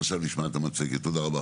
עכשיו נשמע ונראה את המצגת, תודה רבה.